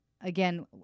again